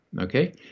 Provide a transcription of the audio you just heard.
okay